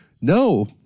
No